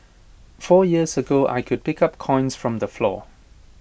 four years ago I could pick up coins from the floor